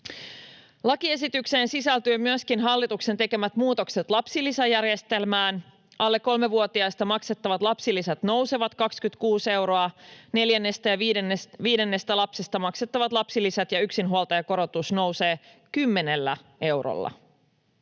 Lakiesitykseen sisältyy myöskin hallituksen tekemät muutokset lapsilisäjärjestelmään. Alle kolmevuotiaista maksettavat lapsilisät nousevat 26 euroa, neljännestä ja viidennestä lapsesta maksettavat lapsilisät ja yksinhuoltajakorotus nousevat 10 eurolla.